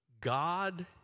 God